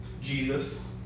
Jesus